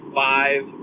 five